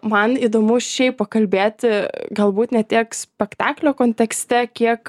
man įdomu šiaip pakalbėti galbūt ne tiek spektaklio kontekste kiek